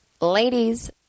ladies